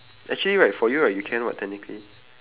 actually right for you right you can what technically